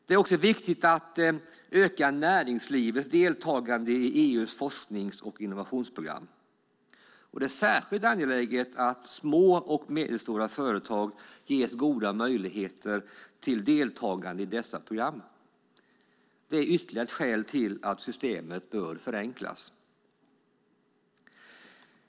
Det är också viktigt att öka näringslivets deltagande i EU:s forsknings och innovationsprogram. Det är särskilt angeläget att små och medelstora företag ges goda möjligheter till deltagande i dessa program. Det är ytterligare ett skäl till att systemet bör förenklas.